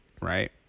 right